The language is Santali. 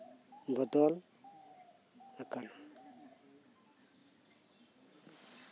ᱵᱚᱫᱚᱞ ᱟᱠᱟᱱᱟ